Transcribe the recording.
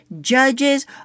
judges